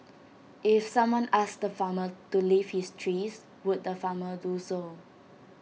if someone asked the farmer to leave his trees would the farmer do so